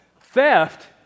Theft